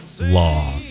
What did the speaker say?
law